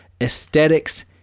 aesthetics